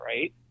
right